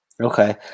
Okay